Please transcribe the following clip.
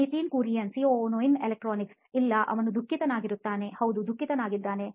Nitin Kurian COO ನೋಯಿನ್ electronics ಇಲ್ಲ ಅವನು ದುಃಖಿತನಾಗುತ್ತಾನೆ ಹೌದು ದುಃಖತನಾಗುತ್ತಾನೆ